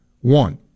One